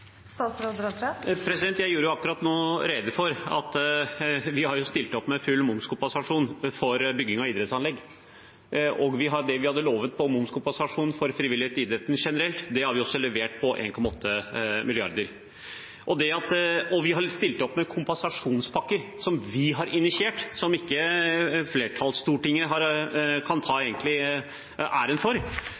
Jeg gjorde jo akkurat nå rede for at vi har stilt opp med full momskompensasjon for bygging av idrettsanlegg, og det vi hadde lovet på momskompensasjon for frivilligheten og idretten generelt, har vi også levert på: 1,8 mrd. kr. Og vi har stilt opp med kompensasjonspakker, som vi har initiert, som ikke stortingsflertallet egentlig kan ta æren for.